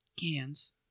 cans